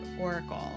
Oracle